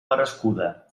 merescuda